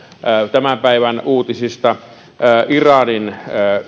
tämän päivän uutisista iranin